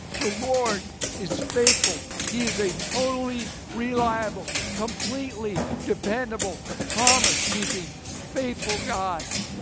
the lord is faithful. he is a totally reliable completely dependable promise keeping faithful god.